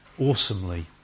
awesomely